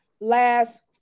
last